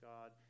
God